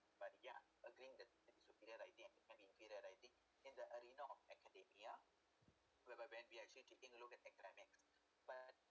by yet agreeing that the superior writing has become imperial writing in the arena of academia whereby when be actually taking a look at academics but